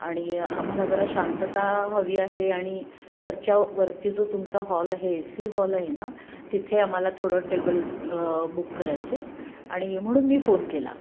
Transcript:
आणि आम्हाला जरा शांतता हवी आहे आणि वरच्या वरती जो तुमचा हॉल आहे ए सी हॉल आहे ना तिथे आम्हाला थोडं टेबल बुक करायचे आणि म्हणून मी फोन केला